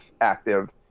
active